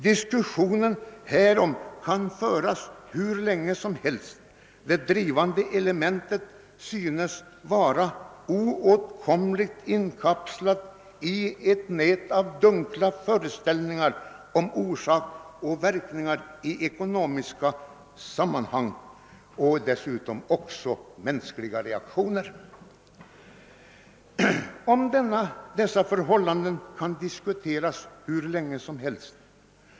Diskussionen härom kan föras hur länge som helst, det drivande elementet synes vara oåtkomligt inkapslat i ett nät av dunkla föreställningar om orsak och verkan i ekonomiska sammanhang och dessutom också i mänskliga reaktioner. Om dessa förhållanden kan diskuteras hur länge som helst.